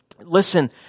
Listen